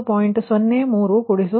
03 49